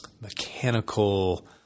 mechanical